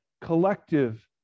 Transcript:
collective